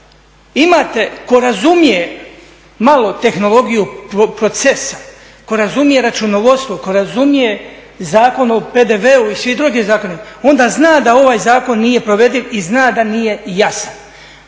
imate ko razumije malo tehnologiju procesa, ko razumije računovodstvo, ko razumije Zakon o PDV-u i svi drugi zakoni, onda zna da ovaj zakon nije provediv i zna da nije jasan.